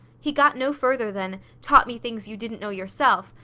he got no farther than taught me things you didn't know yourself,